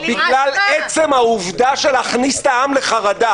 בגלל עצם העובדה של להכניס את העם לחרדה